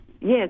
Yes